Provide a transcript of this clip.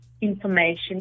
information